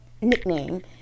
nickname